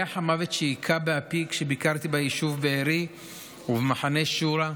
ריח המוות שהיכה באפי ביישוב בארי ובמחנה שורה,